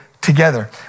together